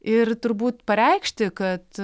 ir turbūt pareikšti kad